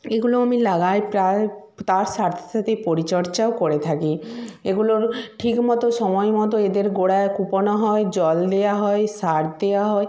এগুলি আমি লাগাই প্রায় তার সাথে সাথে পরিচর্যাও করে থাকি এগুলির ঠিক মতো সময় মতো এদের গোড়ায় কোপানো হয় জল দেওয়া হয় সার দেওয়া হয়